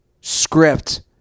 script